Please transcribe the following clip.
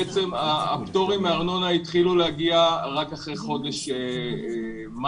הפטורים מארנונה התחילו להגיע רק אחרי חודש מאי-יוני.